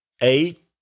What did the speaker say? eight